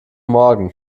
morgen